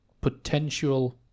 potential